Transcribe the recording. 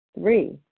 Three